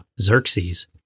Xerxes